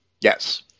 Yes